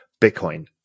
Bitcoin